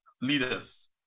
leaders